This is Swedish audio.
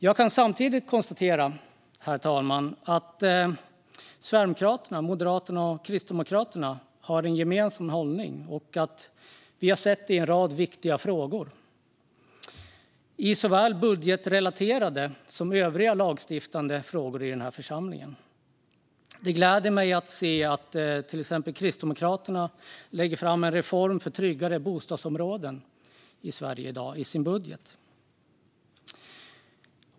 Jag kan samtidigt konstatera, herr talman, att Sverigedemokraterna, Moderaterna och Kristdemokraterna har en gemensam hållning i en rad viktiga frågor. Det gäller såväl budgetrelaterade frågor som övriga lagstiftande frågor i den här församlingen. Det gläder mig att se att till exempel Kristdemokraterna lägger fram en reform för tryggare bostadsområden i Sverige i sin budget.